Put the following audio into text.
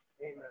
Amen